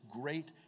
great